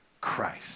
Christ